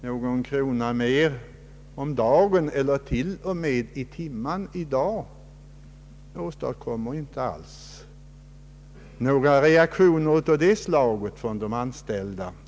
Någon krona mer om dagen eller till och med i timmen i dag åstadkommer inte alls några reaktioner av det slaget från de anställda.